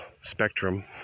spectrum